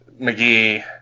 McGee